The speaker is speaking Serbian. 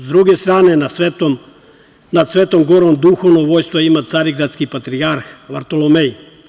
S druge strane, nad Svetom Gorom duhovno vođstvo ima Cdžarigradski patrijarh Vartolomej.